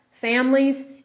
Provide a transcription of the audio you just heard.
families